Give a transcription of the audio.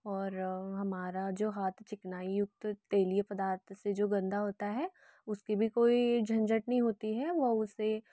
और हमारा जो हाथ चिकनाईयुक्त तेलीय पदार्थ से जो गंदा होता है उसकी भी कोई झंझट नहीं होती है वह उसे